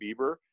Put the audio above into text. Bieber